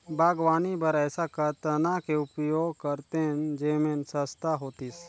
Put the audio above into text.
बागवानी बर ऐसा कतना के उपयोग करतेन जेमन सस्ता होतीस?